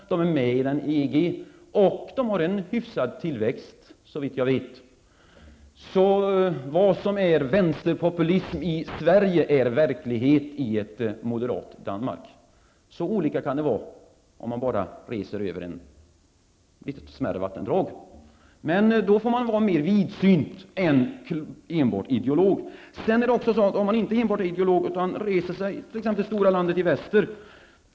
Danmark är med i EG och har en hyfsad tillväxt såvitt jag vet. Vad som är vänsterpopulism i Sverige är verklighet i ett moderat Danmark. Så olika är kan det vara om man bara reser över ett vattendrag. Man får då vara mera vidsynt och inte bara ideologi. Om man inte bara är ideolog utan även reser till det stora landet i väster kan man inhämta andra upplysningar.